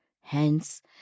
Hence